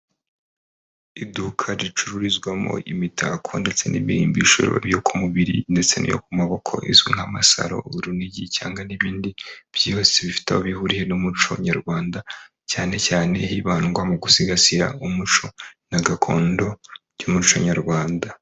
Iduka ricururizwamo imitako ndetse n'imirimbisho byo ku mubiri ndetse n'iyo ku maboko izwi nk'amasaro, urunigi cyangwa n'ibindi byose bifite aho bihuriye n'umuco nyarwanda, cyane cyane hibandwa mu gusigasira umuco na gakondo by'umuco nyarwanda.